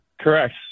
correct